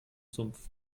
sumpf